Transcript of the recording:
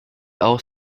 auch